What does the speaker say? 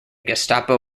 gestapo